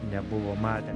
nebuvo matę